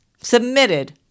submitted